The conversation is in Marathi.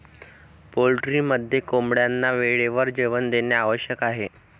पोल्ट्रीमध्ये कोंबड्यांना वेळेवर जेवण देणे आवश्यक आहे